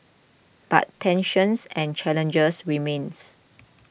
but tensions and challenges remain